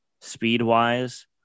speed-wise